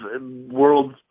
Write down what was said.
world